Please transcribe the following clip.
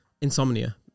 insomnia